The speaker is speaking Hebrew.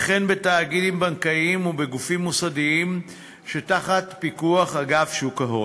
וכן בתאגידים בנקאיים ובגופים מוסדיים שתחת פיקוח אגף שוק ההון,